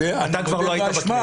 אתה כבר לא היית בכנסת.